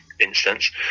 instance